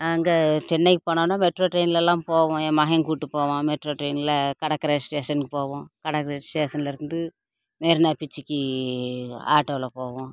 அங்கே சென்னைக்கு போனாலும் மெட்ரோ ட்ரைன்லலாம் போவோம் என் மகன் கூட்டு போவான் மெட்ரோ ட்ரைனில் கடற்கரை ஸ்டேஷனுக்கு போவோம் கடற்கரை ஸ்டேஷன்லேர்ந்து மெரினா பீச்சுக்கு ஆட்டோவில் போவோம்